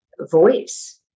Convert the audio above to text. voice